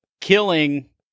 Killing